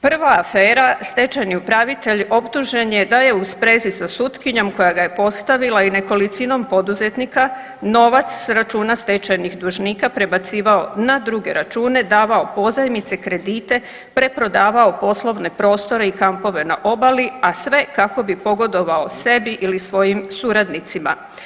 Prva afera stečajni upravitelj optužen je da je u sprezi sa sutkinjom koja ga je postavila i nekolicinom poduzetnika novac s računa stečajnih dužnika prebacivao na druge račune davao pozajmice, kredite, preprodavao poslovne prostore i kampove na obali, a sve kako bi pogodovao sebi ili svojim suradnicima.